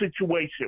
situation